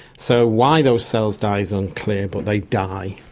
so why those cells die is unclear but they die.